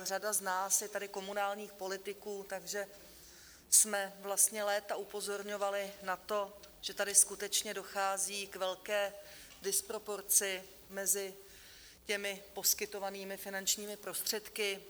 Řada z nás je tady komunálních politiků, takže jsme vlastně léta upozorňovali na to, že tady skutečně dochází k velké disproporci mezi těmi poskytovanými finančními prostředky.